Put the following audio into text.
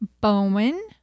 bowen